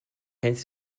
kennst